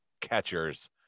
catchers